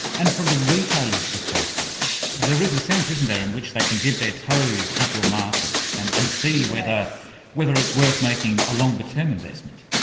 and from the retailer's perspective, there is a sense isn't there in which they can dip their toes into a market and and see whether whether it's worth making a longer-term investment.